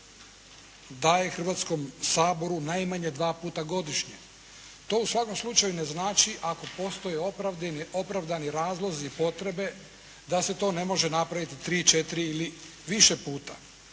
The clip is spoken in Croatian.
daje Hrvatskom saboru najmanje dva puta godišnje. To u svakom slučaju ne znači, ako postoje opravdani razlozi potrebe da se to ne može napraviti 3, 4 ili više puta.